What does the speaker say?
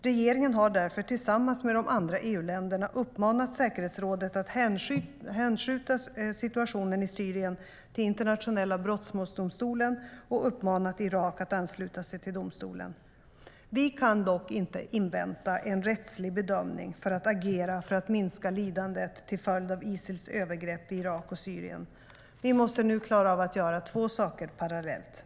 Regeringen har därför tillsammans med de andra EU-länderna uppmanat säkerhetsrådet att hänskjuta situationen i Syrien till Internationella brottmålsdomstolen och uppmanat Irak att ansluta sig till domstolen. Vi kan dock inte invänta en rättslig bedömning för att agera för att minska lidandet till följd av Isils övergrepp i Irak och Syrien. Vi måste nu klara av att göra två saker parallellt.